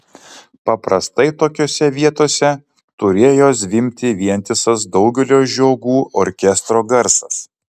paprastai tokiose vietose turėjo zvimbti vientisas daugelio žiogų orkestro garsas